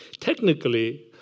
Technically